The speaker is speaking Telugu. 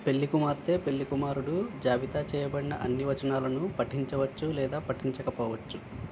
పెళ్లికుమార్తె పెళ్ళికుమారుడు జాబితా చేయబడిన అన్ని వచనాలను పఠించవచ్చు లేదా పఠించకపోవచ్చు